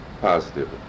positive